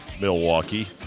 Milwaukee